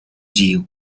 deal